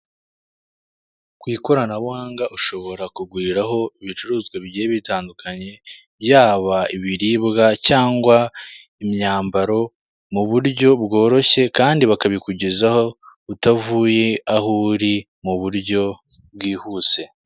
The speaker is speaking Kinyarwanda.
Ku ikoranabuhanga ushobora kuguriraho ibicuruzwa bigiye bitandukanye yaba ibiribwa cyangwa imyambaro mu buryo bworoshye kandi bakabikugezaho utavuye aho uri mu buryo bwihuse.